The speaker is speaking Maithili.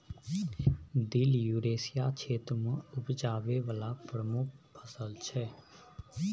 दिल युरेसिया क्षेत्र मे उपजाबै बला प्रमुख फसल छै